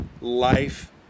life